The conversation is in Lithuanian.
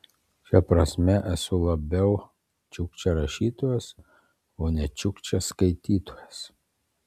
šia prasme esu labiau čiukčia rašytojas o ne čiukčia skaitytojas